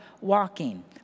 walking